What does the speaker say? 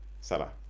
Salah